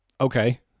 okay